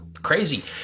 Crazy